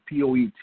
POET